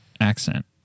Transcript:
accent